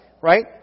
right